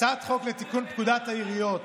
הצעת חוק לתיקון פקודת העיריות